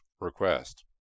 request